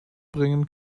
bringen